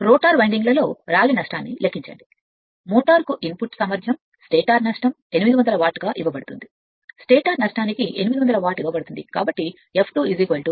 rotor వైండింగ్లలో రాగి నష్టాన్ని లెక్కించండి మోటారుకు ఇన్పుట్ సామర్థ్యం స్టేటర్ నష్టం 800 వాట్ గా ఇవ్వబడుతుంది స్టేటర్ నష్టానికి 800 వాట్ ఇవ్వబడుతుంది కాబట్టి f2 Sf